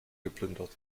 geplündert